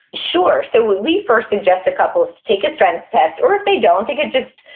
sure. so what we first suggest, a couple takes a strengths test, or if they don't, they could just,